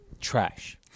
trash